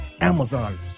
Amazon